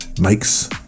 makes